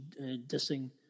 dissing